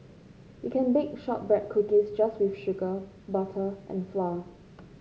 you can bake shortbread cookies just with sugar butter and flour